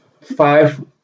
five